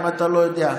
אם אתה לא יודע.